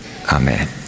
amen